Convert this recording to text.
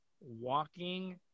walking